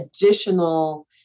additional